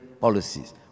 policies